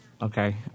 Okay